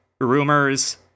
Rumors